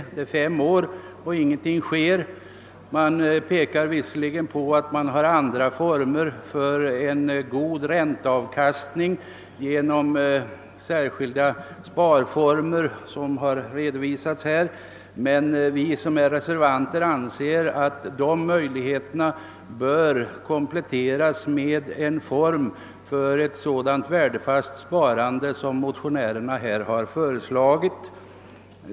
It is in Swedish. Det har alltså gått fem år och ingenting sker. Man pekar visserligen på att det finns andra former för en god ränteavkastning genom de särskilda sparformer som har redovisats här, men vi som är reservanter anser att de möjligheterna bör kompletteras med en sådan form för ett värdefast sparande som motionärerna har föreslagit.